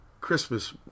Christmas